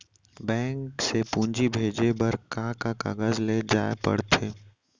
Bank से पूंजी भेजे बर का का कागज ले जाये ल पड़थे?